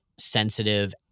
sensitive